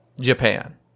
Japan